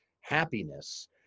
happiness